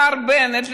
השר בנט,